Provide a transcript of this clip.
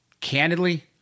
Candidly